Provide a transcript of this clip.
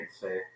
say